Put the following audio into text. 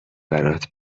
برات